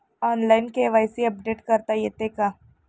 Online KYC update करता येते का?